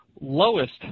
lowest